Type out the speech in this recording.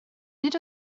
nid